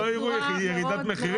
מעמד.